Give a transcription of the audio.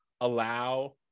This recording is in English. allow